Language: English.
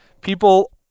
people